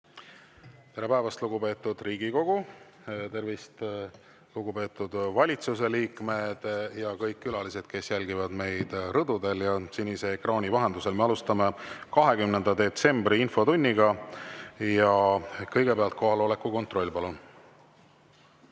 Tere päevast, lugupeetud Riigikogu! Tervist, lugupeetud valitsuse liikmed ja kõik külalised, kes jälgivad meid rõdudel ja sinise ekraani vahendusel! Me alustame 20. detsembri infotundi. Kõigepealt kohaloleku kontroll, palun!